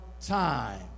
time